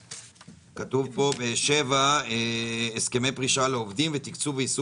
כתוב פה בסעיף 7 הסכמי פרישה לעובדים ותקצוב ויישום